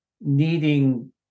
needing